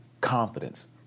confidence